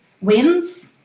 wins